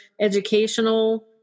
educational